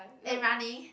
and running